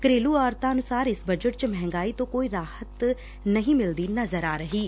ਘਰੇਲੂ ਔਰਤਾਂ ਅਨੁਸਾਰ ਇਸ ਬੱਜਟ ਚ ਮਹਿੰਗਾਈ ਤੋ ਕੋਈ ਰਾਹਤ ਨਹੀਂ ਮਿਲਦੀ ਨਜਰ ਆ ਰਹੀ ਐ